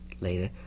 later